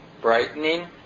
brightening